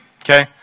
Okay